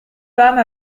femme